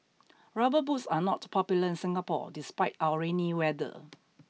rubber boots are not popular in Singapore despite our rainy weather